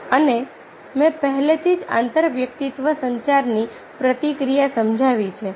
અને મેં પહેલેથી જ આંતરવ્યક્તિત્વ સંચારની પ્રક્રિયા સમજાવી છે